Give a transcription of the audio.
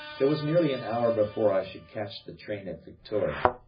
there was nearly an hour before i should catch the train at victoria.